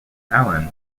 allen